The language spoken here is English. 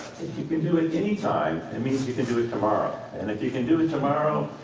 you can do it any time, it means you can do it tomorrow, and if you can do it tomorrow,